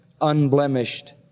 unblemished